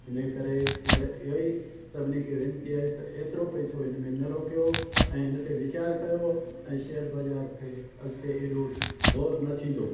इन जे करे इए ई सभिनी खे वेनिती आहे त हेतिरो पैसो हिन में न रोकियो ऐं हिन ते वीचारु कयो ऐं शेयर बाज़ारि खां अगिते हेॾो ज़ोर न थींदो